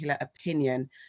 opinion